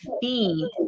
feed